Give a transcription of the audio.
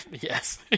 yes